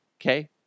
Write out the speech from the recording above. Okay